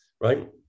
right